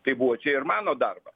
tai buvo čia ir mano darbą